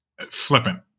flippant